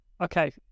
Okay